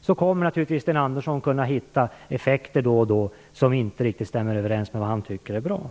Sten Andersson naturligtvis då och då kommer att kunna hitta effekter som inte riktigt stämmer överens med vad han tycker är bra.